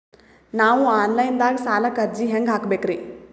ನಾವು online ದಾಗ ಸಾಲಕ್ಕ ಅರ್ಜಿ ಹೆಂಗ ಹಾಕಬೇಕ್ರಿ?